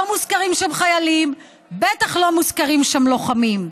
לא מוזכרים שם חיילים, בטח לא מוזכרים שם לוחמים.